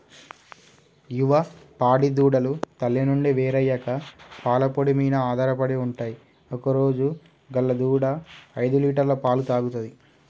యువ పాడి దూడలు తల్లి నుండి వేరయ్యాక పాల పొడి మీన ఆధారపడి ఉంటయ్ ఒకరోజు గల దూడ ఐదులీటర్ల పాలు తాగుతది